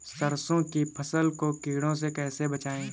सरसों की फसल को कीड़ों से कैसे बचाएँ?